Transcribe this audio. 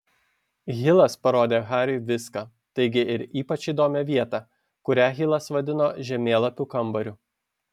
hilas parodė hariui viską taigi ir ypač įdomią vietą kurią hilas vadino žemėlapių kambariu